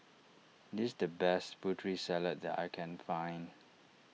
this the best Putri Salad that I can find